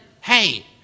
Hey